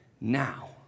now